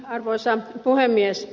arvoisa puhemies